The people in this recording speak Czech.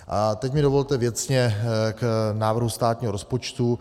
A teď mi dovolte věcně k návrhu státního rozpočtu.